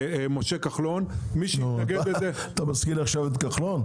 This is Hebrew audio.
משה כחלון --- אתה מזכיר לי עכשיו את כחלון?